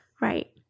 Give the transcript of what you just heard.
Right